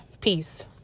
Peace